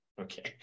Okay